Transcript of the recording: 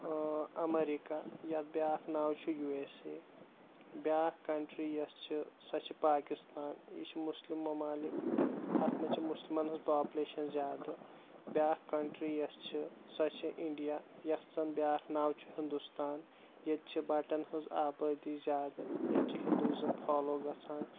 امریکہ یتھ بیٛاکھ ناو چھُ یوٗ اٮ۪س اے بیٛاکھ کنٹری یۄس چھِ سۄچھِ پاکِستان یہِ چھِ مُسلِم ممالِک اتھ منٛز چھِ مُسلمن ہٕنٛز پاپوٗلیشن زیادٕ بیٛاکھ کَنٹری یۄس چھِ سۄ چھِ انٛڈیا یتھ زن بیٛاکھ ناو چھُ ہندوستان ییٚتہِ چھِ بٹن ہٕنٛز آبٲدی زیادٕ ییٚتہِ چھُ ہِندُیِزم فالو گژھان